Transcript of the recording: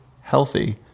healthy